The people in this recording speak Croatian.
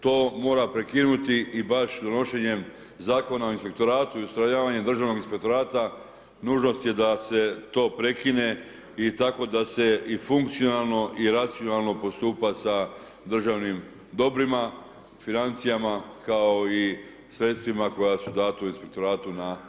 To mora prekinuti i baš donošenjem Zakona o inspektoratu i ustrojavanjem Državnog inspektorata nužnost je da se to prekine i tako da se i funkcionalno i racionalno postupa sa državnim dobrima, financijama kao i sredstvima koja su dana inspektoratu na raspolaganje.